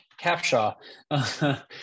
Capshaw